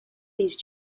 these